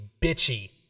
bitchy